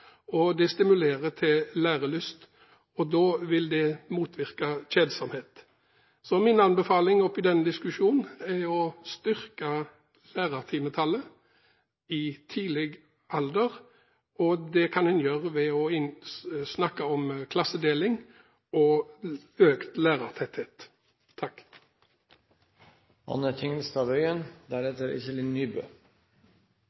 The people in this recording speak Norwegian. det stimulerer til lærelyst. Da vil det motvirke kjedsomhet. Så min anbefaling i denne diskusjonen er å styrke lærertimetallet på de laveste alderstrinnene, og det kan en gjøre ved klassedeling og økt lærertetthet. Jeg har også lyst til å rette en takk